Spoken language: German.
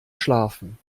schlafen